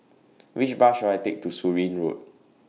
Which Bus should I Take to Surin Road